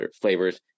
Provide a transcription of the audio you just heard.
flavors